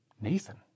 Nathan